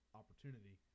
opportunity